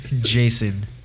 Jason